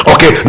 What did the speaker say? Okay